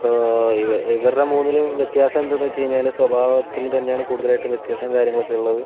ഇപ്പോൾ ഇവ ഇവരുടെ മൂന്നിലും വ്യത്യാസം എന്തെന്ന് വെച്ച് കഴിഞ്ഞാല് സ്വഭാവത്തിൽ തന്നെയാണ് കൂടുതലായിട്ടും വ്യത്യാസം കാര്യങ്ങളൊക്കെ ഉള്ളത്